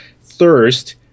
Thirst